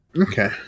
Okay